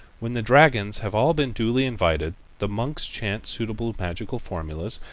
when the dragons have all been duly invited, the monks chant suitable magical formulas,